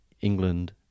England